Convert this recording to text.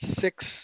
six